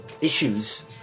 issues